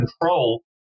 control